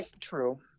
True